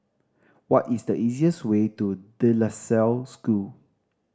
what is the easiest way to De La Salle School